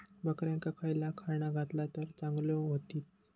बकऱ्यांका खयला खाणा घातला तर चांगल्यो व्हतील?